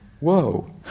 Whoa